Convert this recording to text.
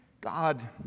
God